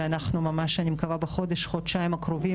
ואנחנו ממש אני מקווה בחודש-חודשיים הקרובים